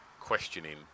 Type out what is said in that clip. questioning